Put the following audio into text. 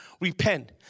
Repent